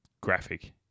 graphic